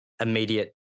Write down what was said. immediate